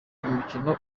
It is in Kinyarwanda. umukino